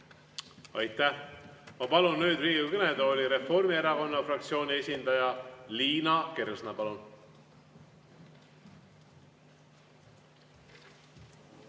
Aitäh! Ma palun nüüd Riigikogu kõnetooli Reformierakonna fraktsiooni esindaja Liina Kersna. Palun!